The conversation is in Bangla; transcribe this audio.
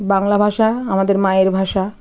বাংলা ভাষা আমাদের মায়ের ভাষা